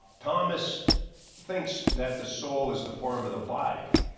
thomas thinks that the soul is the form of the body.